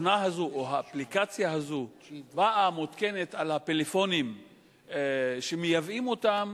שהתוכנה הזו או האפליקציה הזו באה מותקנת על הפלאפונים כשמייבאים אותם,